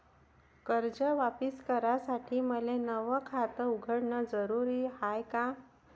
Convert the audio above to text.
कर्ज वापिस करासाठी मले नव खात उघडन जरुरी हाय का?